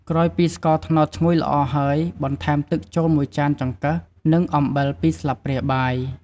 ក្រោយពីស្ករត្នោតឈ្ងុយល្អហើយ បន្ថែមទឹកចូល ១ចាន ចង្កឹះ និងអំបិល ២ស្លាបព្រាបាយ។